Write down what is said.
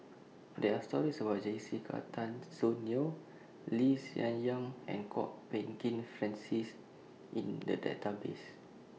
There Are stories about Jessica Tan Soon Neo Lee Hsien Yang and Kwok Peng Kin Francis in The Database